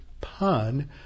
pun